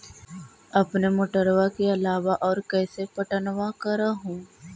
अपने मोटरबा के अलाबा और कैसे पट्टनमा कर हू?